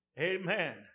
amen